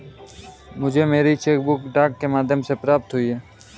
मुझे मेरी cheque book डाक के माध्यम से प्राप्त हुई है